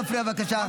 לא להפריע, בבקשה.